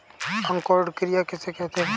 अंकुरण क्रिया किसे कहते हैं?